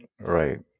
right